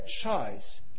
choice